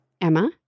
Emma